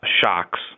shocks